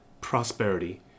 prosperity